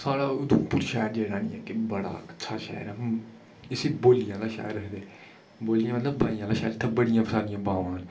साढा उधमपुर शैह्र जेह्ड़ा बड़ा शैल शैह्र ऐ इसी बोलियें दा शैह्र बौलियां मतलव बाईं आह्ला शैह्र